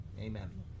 amen